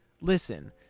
listen